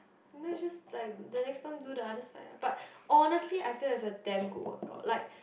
mine just like the next time do the other side ah but honestly I feel is a damn good workout like